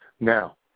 Now